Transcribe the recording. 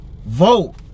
Vote